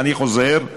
אני חוזר,